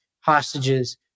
hostages